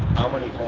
how many